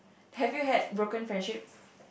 have you had broken friendship